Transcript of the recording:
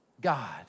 God